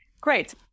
great